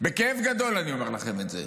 בכאב גדול אני אומר לכם את זה,